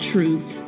Truth